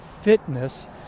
fitness